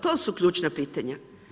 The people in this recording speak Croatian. To su ključna pitanja.